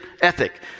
ethic